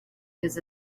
his